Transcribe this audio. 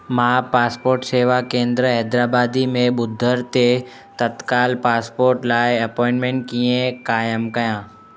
मां पासपोर्ट सेवा केंद्र हैदराबादी में ॿुधर ते तत्काल पासपोर्ट लाइ अपोइंटमेन्ट कीअं क़ाइमु कयां